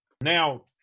now